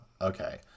Okay